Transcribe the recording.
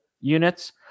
units